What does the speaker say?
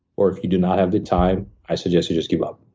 or if you do not have the time, i suggest you just give up.